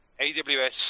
AWS